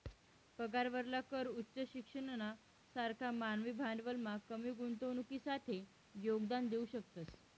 पगारावरला कर उच्च शिक्षणना सारखा मानवी भांडवलमा कमी गुंतवणुकसाठे योगदान देऊ शकतस